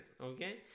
okay